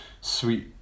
sweet